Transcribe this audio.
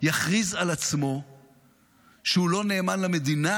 יכריז על עצמו שהוא לא נאמן למדינה,